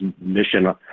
mission